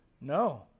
No